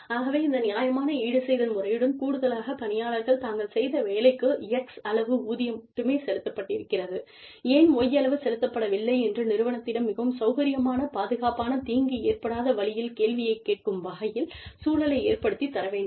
ஆகவேஇந்தநியாயமானஈடுசெய்தல் முறையுடன் கூடுதலாகபணியாளர்கள் தாங்கள் செய்த வேலைக்குXஅளவு ஊதியம் மட்டுமே செலுத்தப்பட்டிருக்கிறதுஏன்Yஅளவு செலுத்தப்படவில்லை என்று நிறுவனத்திடம் மிகவும் சௌகரியமானபாதுகாப்பானதீங்கு ஏற்படாத வழியில்கேள்வியைக்கேட்கும் வகையில் சூழலைஏற்படுத்தித்தர வேண்டும்